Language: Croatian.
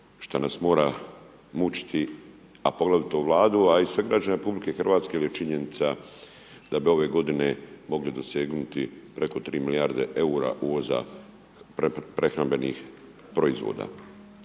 šta nas mora mučiti, a poglavito Vladu, a i sve građane RH jer je činjenica da bi ove godine mogli dosegnuti preko 3 milijarde EUR-a uvoza prehrambenih proizvoda.